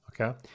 Okay